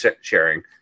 sharing